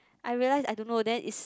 I realise I don't know then is